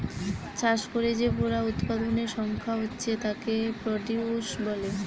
চাষ কোরে যে পুরা উৎপাদনের সংখ্যা হচ্ছে তাকে প্রডিউস বলে